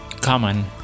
common